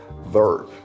verb